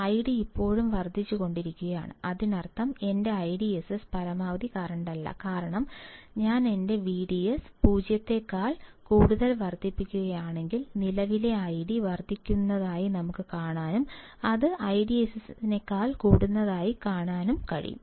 ID ഇപ്പോഴും വർദ്ധിച്ചുകൊണ്ടിരിക്കുകയാണ് അതിനർത്ഥം എന്റെ IDSS പരമാവധി കറന്റല്ല കാരണം ഞാൻ എന്റെ VDS 0 വോൾട്ട് വർദ്ധിപ്പിക്കുകയാണെങ്കിൽ നിലവിലെ ID വർദ്ധിക്കുന്നതായി എനിക്ക് ഇപ്പോഴും കാണാൻ കഴിയും